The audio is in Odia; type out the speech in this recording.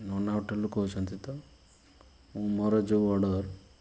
ନନା ହୋଟେଲ୍ରୁ କହୁଚନ୍ତି ତ ମୁଁ ମୋର ଯେଉଁ ଅଡ଼ର୍